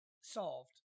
solved